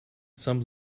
some